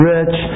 Rich